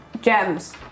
gems